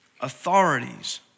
Authorities